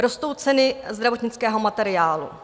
Rostou ceny zdravotnického materiálu.